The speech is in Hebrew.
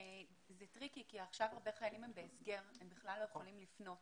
זה טריקי כי עכשיו הרבה חיילים הם בהסגר והם בכלל לא יכולים לפנות